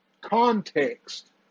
context